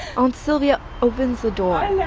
aunt silvia opens the door. hola.